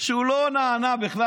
שהוא לא נענה בכלל